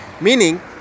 meaning